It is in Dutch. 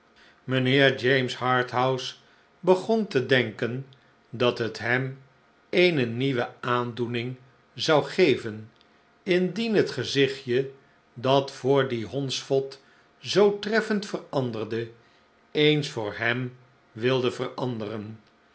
mijnheer james harthouse begon te denken dat het hem eene nieuwe aandoening zou geven indien het gezichtje dat voor dien hondsvot zoo treffend veranderde eens voor hem wilde veranderen